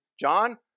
John